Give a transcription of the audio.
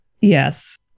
Yes